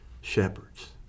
shepherds